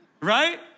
Right